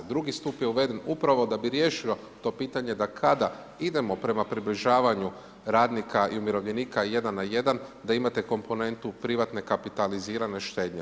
Drugi stup je uveden upravo da bi riješio to pitanje, da kada idemo prema približavanju radnika i umirovljenika 1 na 1 da imate komponentu privatne kapitalizirane štednje.